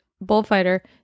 bullfighter